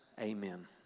amen